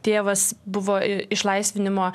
tėvas buvo išlaisvinimo